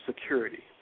security